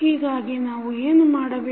ಹೀಗಾಗಿ ನಾವು ಏನು ಮಾಡಬೇಕು